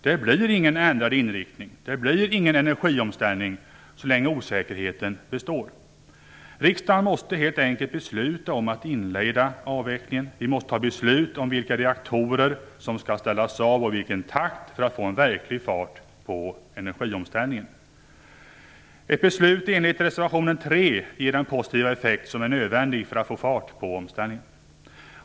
Det blir ingen ändrad inriktning, det blir ingen energiomställning så länge osäkerheten består. Riksdagen måste helt enkelt besluta om att inleda avvecklingen - vi måste ta beslut om vilka reaktorer som skall ställas av och om takten för att verkligen få fart på energiomställningen. Ett beslut enligt reservation 3 ger den positiva effekt som är nödvändig för att få fart på omställningen.